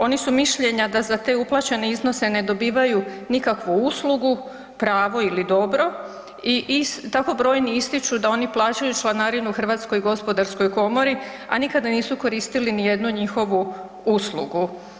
Oni su mišljenja da za te uplaćene iznose ne dobivaju nikakvu uslugu, pravo ili dobro tako brojni ističu da oni plaćaju članarinu Hrvatskoj gospodarskoj komori a nikada nisu koristili ni jednu njihovu uslugu.